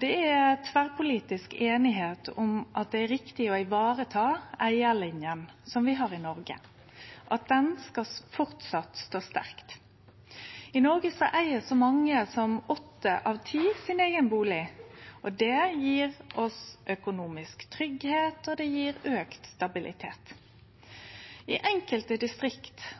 Det er tverrpolitisk einigheit om at det er rett å vareta eigarlinja som vi har i Noreg, at ho framleis skal stå sterkt. I Noreg eig så mange som åtte av ti sin eigen bustad. Det gjev oss økonomisk tryggleik, og det gjev auka stabilitet. I enkelte distrikt har det